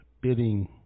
bidding